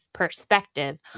perspective